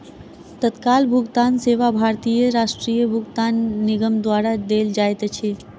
तत्काल भुगतान सेवा भारतीय राष्ट्रीय भुगतान निगम द्वारा देल जाइत अछि